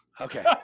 Okay